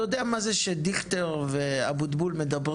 אתה יודע מה זה שדיכטר ואבוטבול מדברים